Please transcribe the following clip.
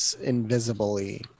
invisibly